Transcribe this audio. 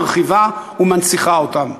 מרחיבה ומנציחה אותם.